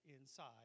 inside